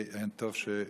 טוב.